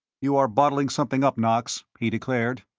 you are bottling something up, knox, he declared.